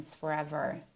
forever